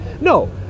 no